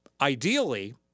Ideally